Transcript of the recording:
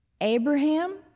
Abraham